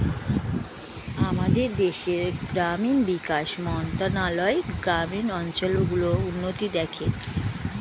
আমাদের দেশের গ্রামীণ বিকাশ মন্ত্রণালয় গ্রামীণ অঞ্চল গুলোর উন্নতি দেখে